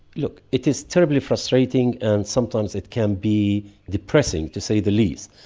look, it is terribly frustrating and sometimes it can be depressing, to say the least,